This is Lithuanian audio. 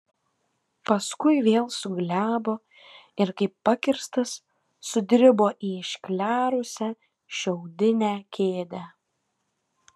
paskui vėl suglebo ir kaip pakirstas sudribo į išklerusią šiaudinę kėdę